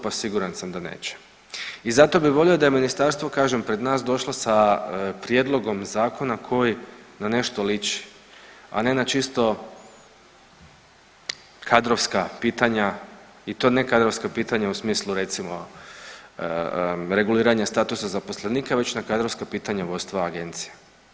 Pa siguran sam da neće i zato bih volio da je Ministarstvo, kažem, pred nas došlo sa prijedlogom zakona koji na nešto liči, a ne na čisto kadrovska pitanja i to ne kadrovska pitanja u smislu, recimo, reguliranja statusa zaposlenika već na kadrovska pitanja vodstva Agencije.